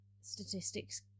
statistics